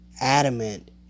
adamant